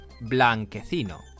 blanquecino